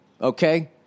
Okay